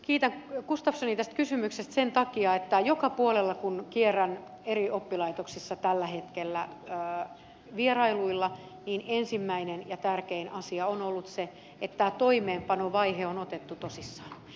kiitän gustafssonia tästä kysymyksestä sen takia että joka puolella kun kierrän eri oppilaitoksissa tällä hetkellä vierailuilla ensimmäinen ja tärkein asia on ollut se että tämä toimeenpanovaihe on otettu tosissaan